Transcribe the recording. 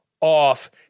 off